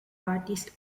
artist